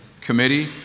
Committee